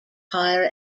higher